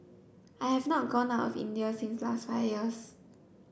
I have not gone out of India since last five years